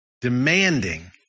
demanding